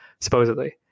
supposedly